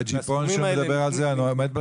והג'יפון שהוא מדבר עליו עומד בסכום הזה?